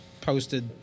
posted